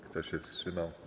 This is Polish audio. Kto się wstrzymał?